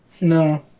no